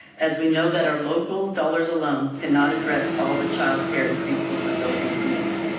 as we know that our local dollars alone cannot address all the childcare and preschool facilities needs.